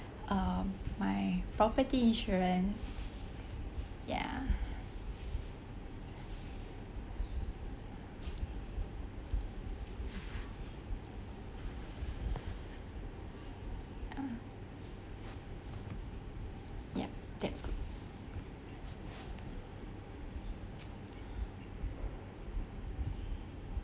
um my property insurance ya uh ya that's all